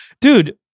Dude